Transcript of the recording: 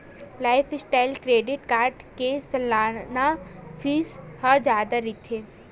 lifestyle credit card के सलाना fees ह जादा रहिथे